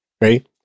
right